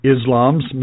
Islam's